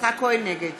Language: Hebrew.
נגד